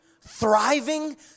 thriving